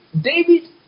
David